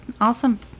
awesome